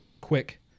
quick